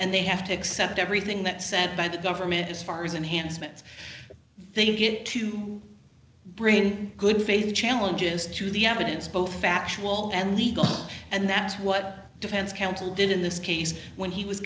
and they have to accept everything that said by the government as far as enhancements they can get to bring in good faith challenges to the evidence both factual and legal and that's what defense counsel did in this case when he was